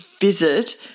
visit